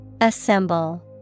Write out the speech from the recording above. Assemble